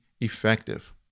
effective